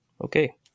okay